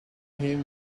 him